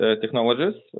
technologies